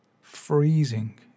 freezing